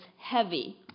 heavy